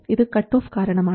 ഇത് cut off കാരണമാണ്